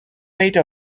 made